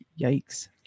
Yikes